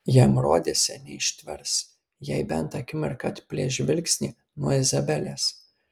jam rodėsi neištvers jei bent akimirką atplėš žvilgsnį nuo izabelės